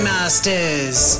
Masters